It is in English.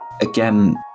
again